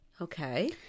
okay